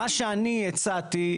מה שאני הצעתי,